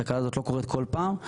התקלה הזאת לא קורית כל פעם.